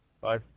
Bye